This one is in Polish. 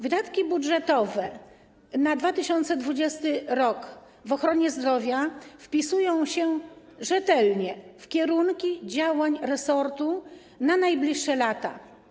Wydatki budżetowe na 2020 r. w ochronie zdrowia wpisują się rzetelnie w kierunki działań resortu na najbliższe lata.